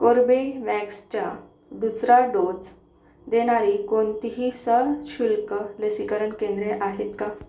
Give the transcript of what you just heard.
कोर्बेवॅक्सच्या दुसरा डोज देणारी कोणतीही सशुल्क लसीकरण केंद्रे आहेत का